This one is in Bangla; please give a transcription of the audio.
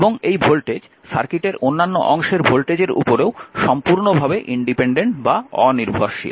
এবং এই ভোল্টেজ সার্কিটের অন্যান্য অংশের ভোল্টেজের উপরেও সম্পূর্ণভাবে অ নির্ভরশীল